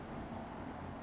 C-H-I-A